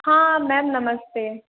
हाँ मैम नमस्ते